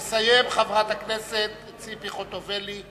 תסיים, חברת הכנסת ציפי חוטובלי.